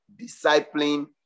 discipling